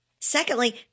Secondly